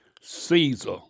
Caesar